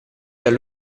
dai